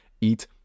eat